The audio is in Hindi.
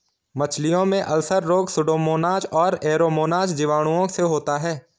मछलियों में अल्सर रोग सुडोमोनाज और एरोमोनाज जीवाणुओं से होता है